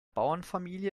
bauernfamilie